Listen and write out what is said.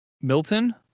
Milton